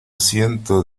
siento